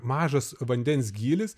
mažas vandens gylis